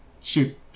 shoot